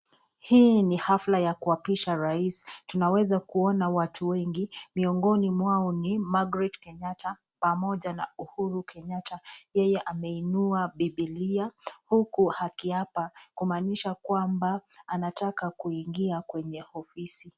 Hii ni hafla ya kuapisha rais, tunaweza kuona watu wengi, miongoni mwao ni Margaret Kenyatta pamoja na Uhuru Kenyatta. Yeye ameinua bibilia huku akiapa kumaanisha kwamba anataka kuingia kwenye ofisi.